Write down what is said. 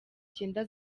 cyenda